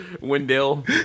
Wendell